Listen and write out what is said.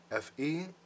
FE